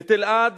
את אלעד,